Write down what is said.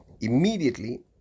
immediately